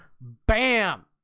Bam